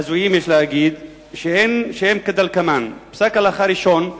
הזויים יש להגיד, שהם כדלקמן: פסק הלכה ראשון,